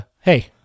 Hey